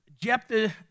Jephthah